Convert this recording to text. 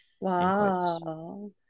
Wow